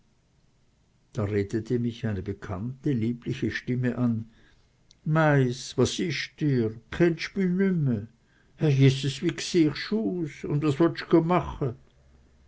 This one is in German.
da redete mich eine bekannte liebliche stimme an meiß was isch dr chennst mi nümme herr jeses wie